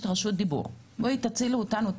בואי תצילי אותנו,